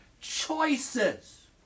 choices